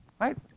Right